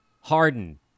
Harden